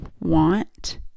want